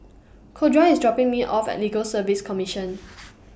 Corda IS dropping Me off At Legal Service Commission